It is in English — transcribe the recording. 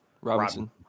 Robinson